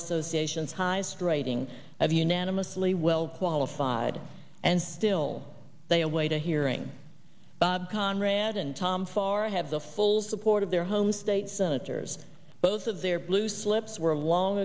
association highest rating of unanimously well qualified and still they await a hearing bob conrad and tom far have the full support of their home state senators both of their blue slips were long